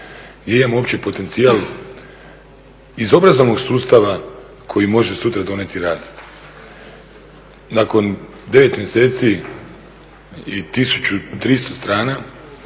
imamo uopće potencijal iz obrazovnog sustava koji može sutra donijeti rast. Nakon 9 mjeseci i 1300 strana